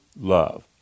love